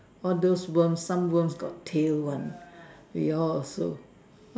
all those worm some worm got tail one we all also